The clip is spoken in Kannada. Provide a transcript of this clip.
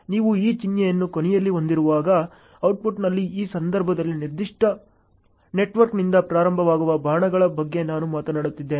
ನೀವು ಈ ಚಿಹ್ನೆಯನ್ನು ಕೊನೆಯಲ್ಲಿ ಹೊಂದಿರುವಾಗ ಔಟ್ಪುಟ್ನಲ್ಲಿ ಈ ಸಂದರ್ಭದಲ್ಲಿ ನಿರ್ದಿಷ್ಟ ನೆಟ್ವರ್ಕ್ನಿಂದ ಪ್ರಾರಂಭವಾಗುವ ಬಾಣಗಳ ಬಗ್ಗೆ ನಾನು ಮಾತನಾಡುತ್ತಿದ್ದೇನೆ